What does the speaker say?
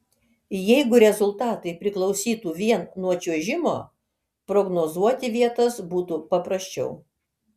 jeigu rezultatai priklausytų vien nuo čiuožimo prognozuoti vietas būtų paprasčiau